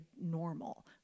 normal